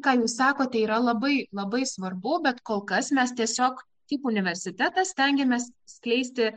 ką jūs sakote yra labai labai svarbu bet kol kas mes tiesiog tik universitetas stengiamės skleisti